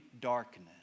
darkness